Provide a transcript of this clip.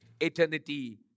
Eternity